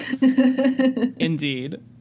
Indeed